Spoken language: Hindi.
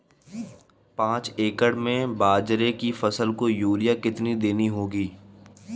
पांच एकड़ में बाजरे की फसल को यूरिया कितनी देनी होगी?